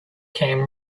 came